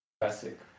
classic